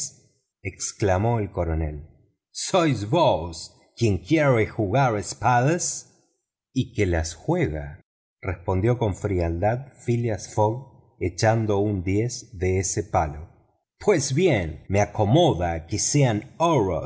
exclamó el coronel sois vos quien quiere jugar espadas y que las juega respondió con frialdad phileas fogg echando un diez de ese palo pues bien me acomoda que sean